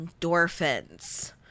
endorphins